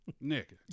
Nick